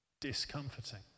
discomforting